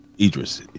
idris